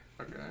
Okay